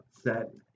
set